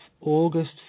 August